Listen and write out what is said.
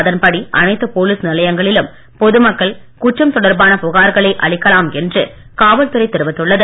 அதன்படி அனைத்து போலீஸ் நிலையங்களிலும் பொது மக்கள் குற்றம் தொடர்பான புகார்களை அளிக்கலாம் என்று காவல் துறை தெரிவித்துள்ளது